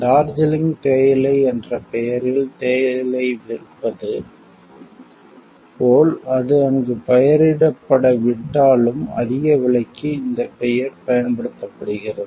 டார்ஜிலிங் தேயிலை என்ற பெயரில் தேயிலை விற்பது போல் அது அங்கு பயிரிடப்படாவிட்டாலும் அதிக விலைக்கு இந்த பெயர் பயன்படுத்தப்படுகிறது